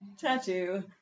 tattoo